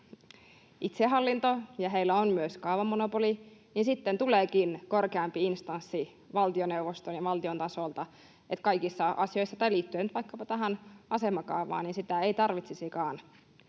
itsehallinto ja heillä on myös kaavamonopoli, niin sitten tuleekin korkeampi instanssi valtioneuvoston ja valtion tasolta, ja kaikissa asioissa, liittyen nyt vaikkapa tähän asemakaavaan, päätöksiä ei tarvitsisikaan